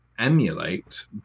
emulate